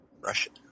Russian